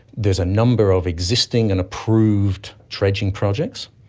there's a number of existing and approved dredging projects.